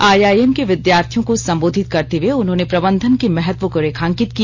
IIM के विधार्थियों को संबोधित करते हए उन्होंने प्रबंधन के महत्व को रेखांकित किया